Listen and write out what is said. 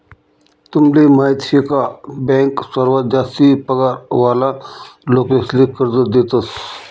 तुमले माहीत शे का बँक सर्वात जास्ती पगार वाला लोकेसले कर्ज देतस